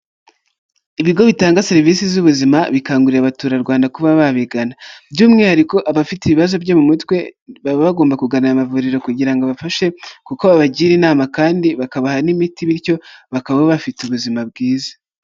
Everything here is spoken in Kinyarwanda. Ibigo bitanga serivisi z'ubuzima, bikangurira abaturarwanda kuba babigana, by'umwihariko abafite ibibazo byo mu mutwe, baba bagomba kugana aya mavuriro kugira ngo babafashe, kuko babagira inama, kandi bakabaha n'imiti, bityo bakaba bafite ubuzima bwiza.